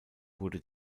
wurde